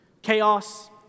chaos